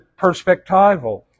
perspectival